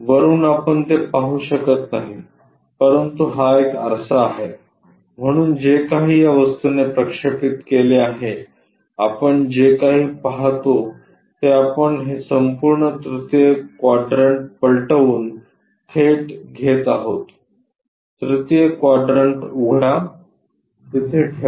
वरुन आपण ते पाहू शकत नाही परंतु हा एक आरसा आहे म्हणून जे काही या वस्तूने प्रक्षेपित केले आहे आपण जे काही पाहतो ते आपण हे संपूर्ण तृतीय क्वाड्रन्ट पलटवून थेट घेत आहोत तृतीय क्वाड्रन्ट उघडा तिथे ठेवा